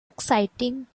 exciting